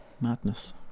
Madness